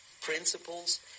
Principles